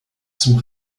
zum